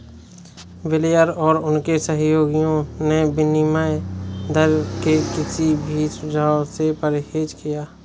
Blair और उनके सहयोगियों ने विनिमय दर के किसी भी सुझाव से परहेज किया